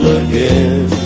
again